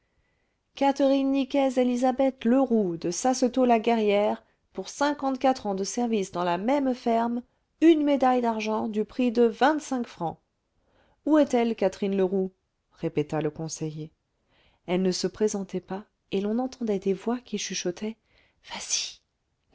catherine nicaise élisabeth leroux de sassetot la guerrière pour cinquante-quatre ans de service dans la même ferme une médaille d'argent du prix de vingt-cinq francs où est-elle catherine leroux répéta le conseiller elle ne se présentait pas et l'on entendait des voix qui chuchotaient vas-y